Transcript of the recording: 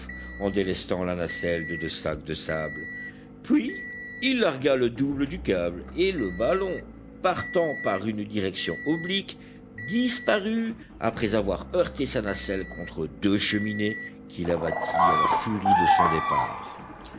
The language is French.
en délestant la nacelle de deux sacs de sable puis il largua le double du câble et le ballon partant par une direction oblique disparut après avoir heurté sa nacelle contre deux cheminées qu'il abattit dans la furie de son départ